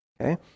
okay